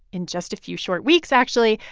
in just a few short weeks actually.